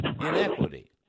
inequity